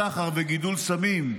סחר וגידול סמים,